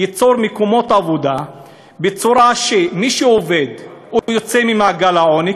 ייצור מקומות עבודה בצורה שמי שעובד יוצא ממעגל העוני,